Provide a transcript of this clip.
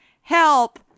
help